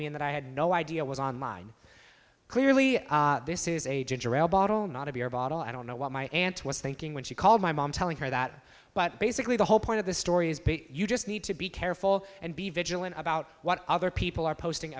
me in that i had no idea was online clearly this is a bottle not of your bottle i don't know what my aunt was thinking when she called my mom telling her that but basically the whole point of the story you just need to be careful and be vigilant about what other people are posting